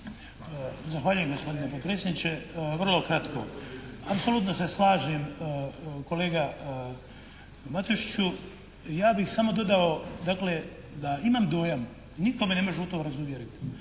Zahvaljujem gospodine potpredsjedniče. Vrlo kratko. Apsolutno se slažem kolega Matešiću. Ja bih samo dodao dakle da imam dojam, nitko me ne može u to razuvjeriti